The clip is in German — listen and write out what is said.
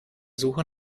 suche